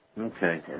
Okay